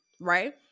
Right